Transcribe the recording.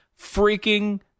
freaking